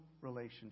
relationship